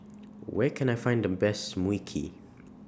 Where Can I Find The Best Mui Kee